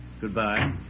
Goodbye